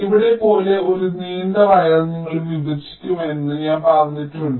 ഇവിടെ പോലെ ഒരു നീണ്ട വയർ നിങ്ങൾ വിഭജിക്കുമെന്ന് ഞാൻ പറഞ്ഞിട്ടുണ്ട്